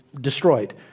destroyed